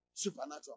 Supernatural